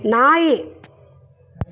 ನಾಯಿ